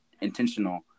intentional